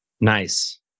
Nice